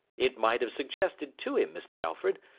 it might have suggested to him, mr. alfred,